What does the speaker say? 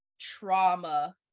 trauma